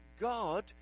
God